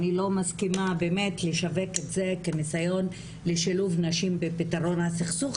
אני לא מסכימה באמת לשווק את זה כניסיון לשילוב נשים בפתרון הסכסוך,